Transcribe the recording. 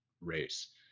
race